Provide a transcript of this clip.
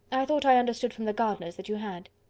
i thought i understood from the gardiners that you had.